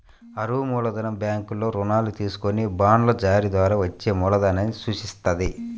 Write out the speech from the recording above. అరువు మూలధనం బ్యాంకుల్లో రుణాలు తీసుకొని బాండ్ల జారీ ద్వారా వచ్చే మూలధనాన్ని సూచిత్తది